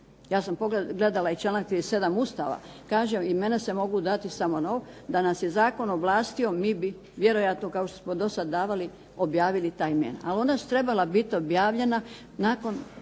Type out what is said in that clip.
Ja sam gledala i članak 37. Ustava. Kaže, imena se mogu dati samo na ovo da nas je zakon ovlastio mi bi, vjerojatno kao što smo do sad davali objavili ta imena. Ali ona su trebala biti objavljena nakon